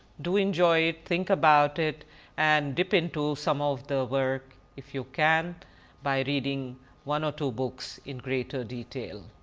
do enjoy think about it and dip into some of the work, if you can by reading one or two books in greater detail.